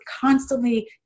constantly